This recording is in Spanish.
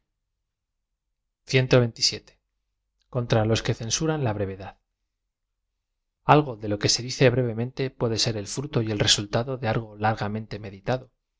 contra los que censuran la brevedad a lg o de lo que se dice brevemente puede ser elfru to y el resultado de algo largamente meditado